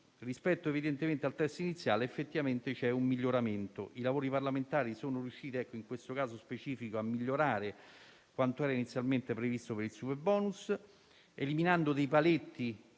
rispetto al testo iniziale effettivamente c'è un miglioramento. I lavori parlamentari sono riusciti, in questo caso specifico, a migliorare quanto era inizialmente previsto per il superbonus, eliminando dei paletti